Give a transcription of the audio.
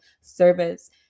service